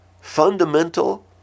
fundamental